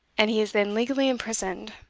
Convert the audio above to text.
and he is then legally imprisoned,